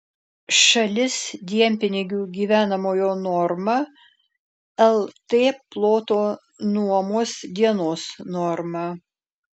šalis dienpinigių gyvenamojo norma lt ploto nuomos dienos norma